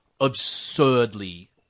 absurdly